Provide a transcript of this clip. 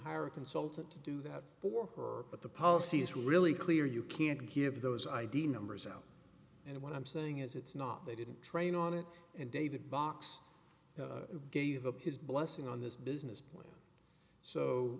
hire a consultant to do that for her but the policy is really clear you can't give those id numbers out and what i'm saying is it's not they didn't train on it and david box gave up his blessing on this business plan so